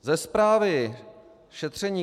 Ze zprávy šetření